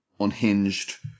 unhinged